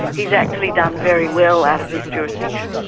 he has actually done very well out of this jurisdiction.